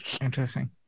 interesting